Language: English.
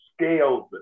scales